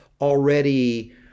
already